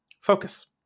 focus